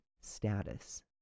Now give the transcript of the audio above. status